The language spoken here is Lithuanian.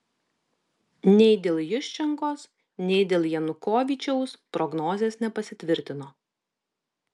nei dėl juščenkos nei dėl janukovyčiaus prognozės nepasitvirtino